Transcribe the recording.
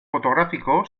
fotográfico